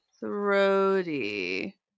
Throaty